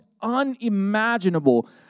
unimaginable